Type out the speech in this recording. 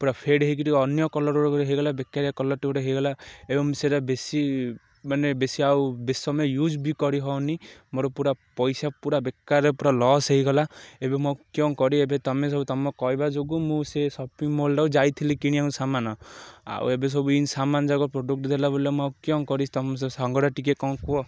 ପୁରା ଫେଡ଼୍ ହେଇକି ଟିକେ ଅନ୍ୟ କଲର୍ ଗୋଟେ ହେଇଗଲା ବେକାରିଆ କଲର୍ଟା ଗୋଟେ ହେଇଗଲା ଏବଂ ସେଟା ବେଶୀ ମାନେ ବେଶୀ ଆଉ ବେଶୀ ସମୟ ୟୁଜ୍ ବି କରିହେଉନି ମୋର ପୁରା ପଇସା ପୁରା ବେକାରରେ ପୁରା ଲସ୍ ହେଇଗଲା ଏବେ ମୁଁ କ'ଣ କରି ଏବେ ତୁମେ ସବୁ ତୁମ କହିବା ଯୋଗୁ ମୁଁ ସେ ସପିଂ ମଲ୍ଟା ଯାଇଥିଲି କିଣିିବାକୁ ସାମାନ ଆଉ ଏବେ ସବୁ ସାମାନ ଯାକ ପ୍ରଡ଼କ୍ଟ ଦେଲା ବୋଲେ ମୁଁ କ'ଣ କରି ତୁମ ସେ ସାଙ୍ଗଟା ଟିକେ କ'ଣ କୁହ